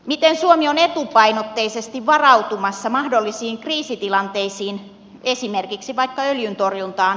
miten suomi on etupainotteisesti varautumassa mahdollisiin kriisitilanteisiin esimerkiksi vaikka öljyntorjuntaan